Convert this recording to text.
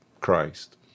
Christ